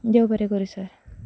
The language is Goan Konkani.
देव बरें करूं सर